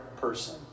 person